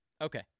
Okay